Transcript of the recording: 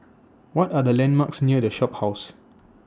What Are The landmarks near The Shophouse